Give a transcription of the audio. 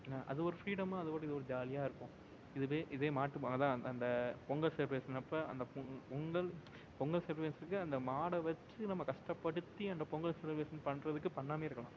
என்ன அது ஒரு ஃப்ரீடமாக அது பாட்டுக்கு ஒரு ஜாலியாக இருக்கும் இதுவே இதே மாட்டு அதுதான் அந்தப் பொங்கல் செலிப்ரேஷனப்போ அந்தப் பொங் பொங்கல் பொங்கல் செலிப்ரேஷனுக்கு அந்த மாடை வச்சு நம்ம கஷ்டப்படுத்தி அந்தப் பொங்கல் செலிப்ரேஷன் பண்ணுறதுக்கு பண்ணாமையே இருக்கலாம்